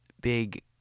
big